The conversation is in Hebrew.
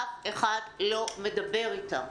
אף אחד לא מדבר איתם.